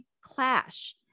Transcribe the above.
clash